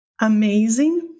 Amazing